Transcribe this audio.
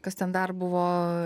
kas ten dar buvo